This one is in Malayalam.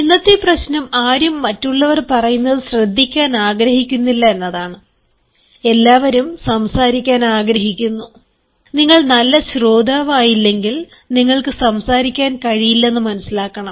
ഇന്നത്തെ പ്രശ്നം ആരും മറ്റുള്ളവർ പറയുന്നത് ശ്രദ്ധിക്കാൻ ആഗ്രഹിക്കുന്നില്ല എല്ലാവരും സംസാരിക്കാൻ ആഗ്രഹിക്കുന്നു നിങ്ങൾ നല്ല ശ്രോതാവ്ആയില്ലെങ്കിൽ നിങ്ങൾക്ക് സംസാരിക്കാൻ കഴിയില്ലെന്ന് മനസ്സിലാക്കണം